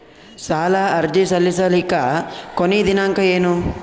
ಸಾಲ ಅರ್ಜಿ ಸಲ್ಲಿಸಲಿಕ ಕೊನಿ ದಿನಾಂಕ ಏನು?